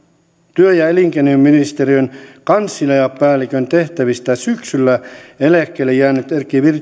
työ ja elinkeinoministeriön kansliapäällikön tehtävistä syksyllä eläkkeelle jäänyt erkki